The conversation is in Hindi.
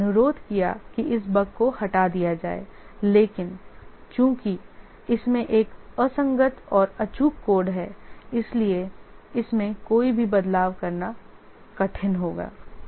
हमने अनुरोध किया कि इस बग को हटा दिया जाए लेकिन चूंकि इसमें एक असंगत और अचूक कोड है इसलिए इसमें कोई भी बदलाव करना कठिन होगा